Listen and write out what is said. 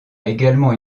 également